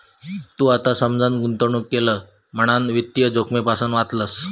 तू आता समजान गुंतवणूक केलं म्हणान वित्तीय जोखमेपासना वाचलंस